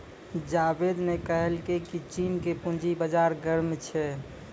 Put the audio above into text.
जावेद ने कहलकै की चीन के पूंजी बाजार गर्म छै